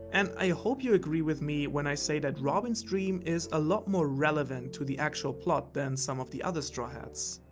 and i hope you agree with me, when i say that robin's dream is a lot more relevant to the actual plot than some of the other straw hat's.